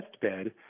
bed